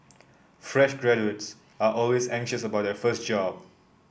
fresh graduates are always anxious about their first job